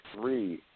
three